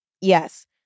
yes